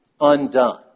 undone